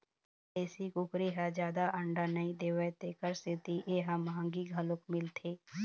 देशी कुकरी ह जादा अंडा नइ देवय तेखर सेती ए ह मंहगी घलोक मिलथे